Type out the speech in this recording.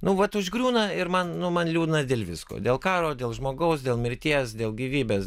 nu vat užgriūna ir man nu man liūdna dėl visko dėl karo dėl žmogaus dėl mirties dėl gyvybės